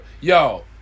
Yo